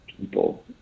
people